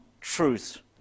truth